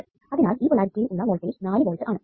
അതിനാൽ ഈ പൊളാരിറ്റിയിൽ ഉള്ള വോൾട്ടേജ് 4 വോൾട്ട് ആണ്